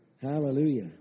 Hallelujah